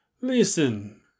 Listen